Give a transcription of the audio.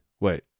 wait